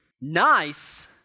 nice